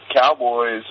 Cowboys